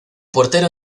portero